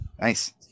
Nice